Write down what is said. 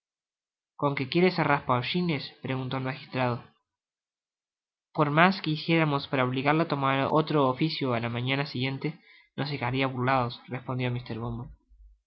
con que quiere ser raspa hollines preguntó el magistrado por mas que hiciéramos para obligarle á tomar otro oficio á la mañana siguiente nos dejaria burlados respondió mr bumble